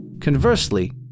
Conversely